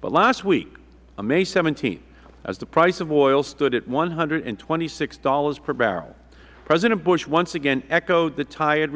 but last week on may seventeen as the price of oil stood at one hundred and twenty six dollars per barrel president bush once again echoed the tired